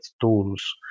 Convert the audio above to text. tools